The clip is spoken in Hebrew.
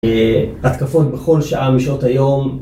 התקפות בכל שעה משעות היום.